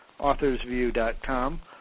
AuthorsView.com